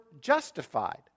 justified